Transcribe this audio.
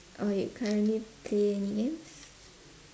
oh you currently playing any games